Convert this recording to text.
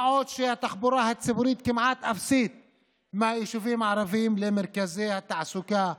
מה עוד שהתחבורה הציבורית כמעט אפסית מהיישובים הערביים למרכזי התעסוקה,